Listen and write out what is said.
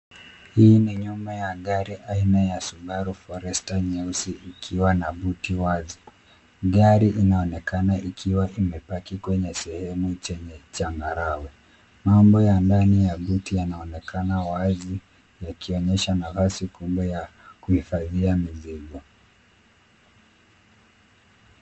Hii ni nyuma ya gari aina ya subaru Forester nyeusi ikiwa na buti wazi. Gari inaonekana ikiwa imepaki kwenye sehemu chenye changarawe. Mambo ya ndani ya buti yanaonekana wazi yakionyesha nafasi kubwa ya kuhifadhia mizigo.